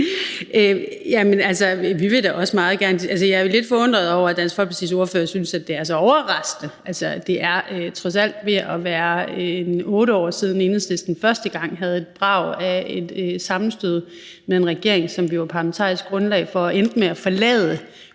Jeg er lidt forundret over, at Dansk Folkepartis ordfører synes, at det er så overraskende. Det er trods alt ved at være 8 år siden, Enhedslisten første gang havde et brag af et sammenstød med en regering, som vi var parlamentarisk grundlag for. Vi endte med at forlade